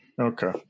Okay